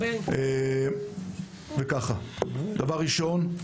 דבר ראשון,